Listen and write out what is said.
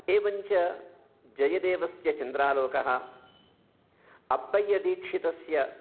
एवञ्च जयदेवस्य चन्द्रालोकः अप्पय्यदीक्षितस्य